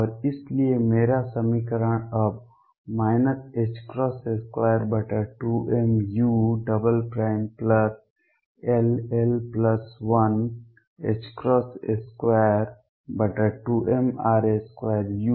और इसलिए मेरा समीकरण अब 22mull122mr2u Ze24π0ru